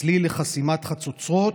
סליל לחסימת חצוצרות,